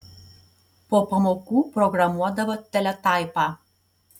po pamokų programuodavo teletaipą